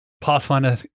Pathfinder